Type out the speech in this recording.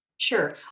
Sure